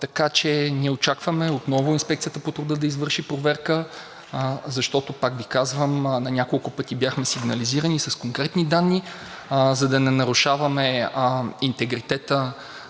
Така че ние очакваме отново Инспекцията по труда да извърши проверка, защото, пак Ви казвам, на няколко пъти бяхме сигнализирани с конкретни данни. За да не нарушаваме личния интегритет